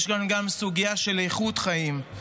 יש כאן גם סוגיה של איכות חיים.